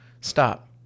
stop